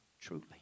truly